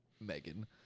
Megan